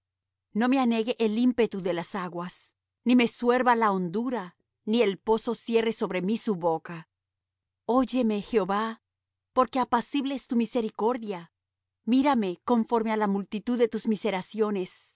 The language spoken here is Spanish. no me anegue el ímpetu de las aguas ni me suerba la hondura ni el pozo cierre sobre mí su boca oyeme jehová porque apacible es tu misericordia mírame conforme á la multitud de tus